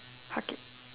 hug it